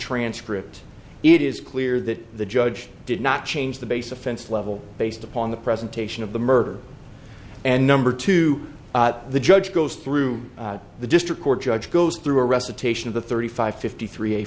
transcript it is clear that the judge did not change the base offense level based upon the presentation of the murder and number two the judge goes through the district court judge goes through a recitation of the thirty five fifty three